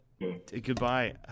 goodbye